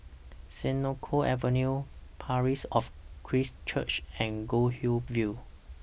Senoko Avenue Parish of Christ Church and Goldhill View